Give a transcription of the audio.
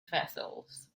vessels